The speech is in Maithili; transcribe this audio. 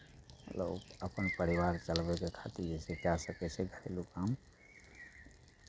लोक अपन परिवार चलबैके खातिर जे छै कए सकै छै घरेलू काम